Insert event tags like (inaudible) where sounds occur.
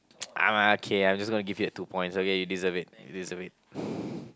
(noise) um okay I'm just gonna give you that two points okay you deserve it you deserve it (breath)